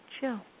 Chill